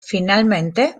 finalmente